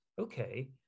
okay